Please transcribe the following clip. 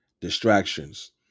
Distractions